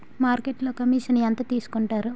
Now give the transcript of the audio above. మార్కెట్లో కమిషన్ ఎంత తీసుకొంటారు?